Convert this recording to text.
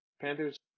Panthers